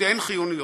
שתיהן חיוניות.